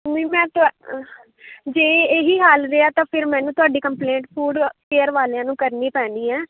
ਵੀ ਮੈਂ ਤੁਹਾ ਜੇ ਇਹ ਹੀ ਹਾਲ ਰਿਹਾ ਤਾਂ ਫਿਰ ਮੈਨੂੰ ਤੁਹਾਡੀ ਕੰਲਪਲੇਂਟ ਫੂਡ ਕੇਅਰ ਵਾਲਿਆਂ ਨੂੰ ਕਰਨੀ ਪੈਣੀ ਹੈ